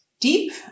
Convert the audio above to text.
deep